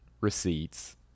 receipts